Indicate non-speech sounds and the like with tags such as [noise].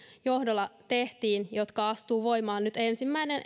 johdolla jotka astuvat voimaan nyt ensimmäinen [unintelligible]